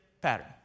pattern